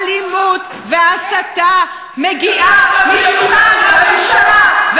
האלימות וההסתה מגיעות משולחן הממשלה,